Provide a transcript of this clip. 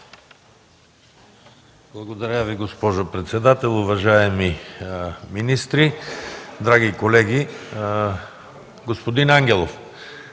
Благодаря Ви, госпожо председател. Уважаеми министри, драги колеги! Господин Ангелов,